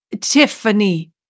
Tiffany